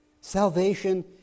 Salvation